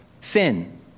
sin